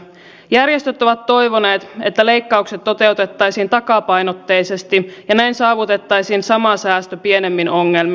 järjestöt ovat toivoneet että leikkaukset toteutettaisiin takapainotteisesti ja näin saavutettaisiin sama säästö pienemmin ongelmin